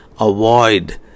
avoid